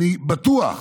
אני בטוח,